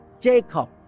Jacob